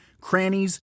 crannies